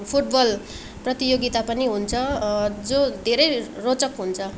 football प्रतियोगिता पनि हुन्छ जो धेरै रोचक हुन्छ